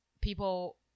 people